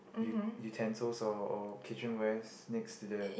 you you can south of or kitchen west next to the